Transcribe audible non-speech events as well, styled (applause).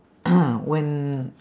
(coughs) when